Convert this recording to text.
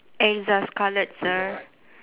erza scarlet sir